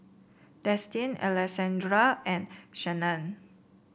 Destin Alessandro and Shannan